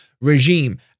regime